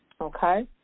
Okay